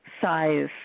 size